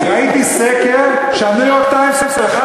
ראיתי סקר שה"ניו-יורק טיימס" הוא אחד